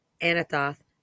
Anathoth